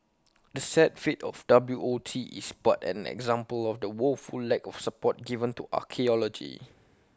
the sad fate of W O T is but an example of the woeful lack of support given to archaeology